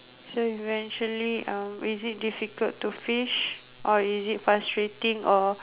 so eventually uh is it difficult to fish or is it frustrating or